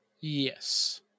Yes